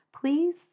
please